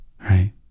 right